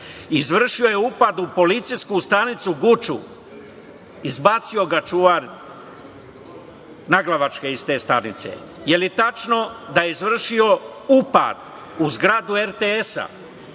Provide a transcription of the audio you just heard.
Izvršio je upad u policijsku stanicu u Guči, izbacio ga čuvar naglavačke iz te stanice. Da li je tačno da je izvršio upad u zgradu RTS?